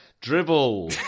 Dribble